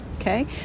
Okay